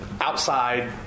outside